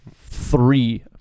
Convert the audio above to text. three